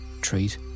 treat